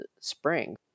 spring